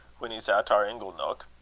when he's at our ingle-neuk.